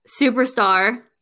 Superstar